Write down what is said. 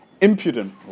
impudent